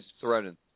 threatened